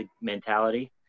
mentality